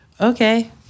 okay